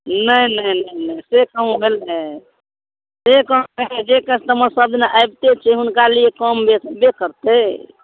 नहि नहि नहि नहि से कहुँ भेलै से कहुँ जे कस्टमर सबदिन आबिते छै हुनकालए कम बेस हेबे करतै